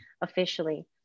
officially